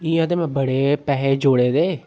इ'यां ते में बड़े पैहे जोड़े दे